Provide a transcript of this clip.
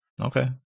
okay